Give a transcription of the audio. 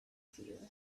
view